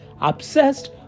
obsessed